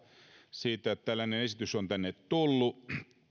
siitä että tällainen esitys on tänne tullut